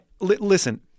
Listen